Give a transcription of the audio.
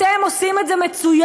אתם עושים את זה מצוין.